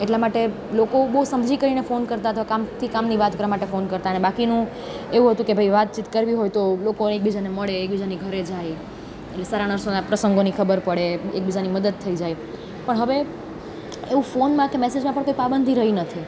એટલા માટે લોકો બહુ સમજી કરીને ફોન કરતા હતા કામથી કામની વાત કરવા માટે ફોન કરતા અને બાકીનું એવું હતું કે ભાઈ વાતચીત કરવી હોય તો લોકો એકબીજાને મળે એકબીજાની ઘરે જાય એટલે સારા નરસા પ્રસંગોની ખબર પડે એકબીજાની મદદ થઈ જાય પણ હવે એવું ફોનમાંથી મેસેજમાં પણ કોઈ પાબંધી રહી નથી